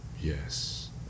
Yes